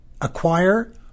acquire